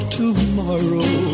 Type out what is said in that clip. tomorrow